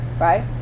right